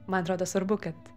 man atrodo svarbu kad